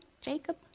Jacob